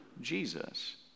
Jesus